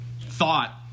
thought